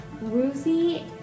Ruthie